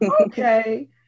okay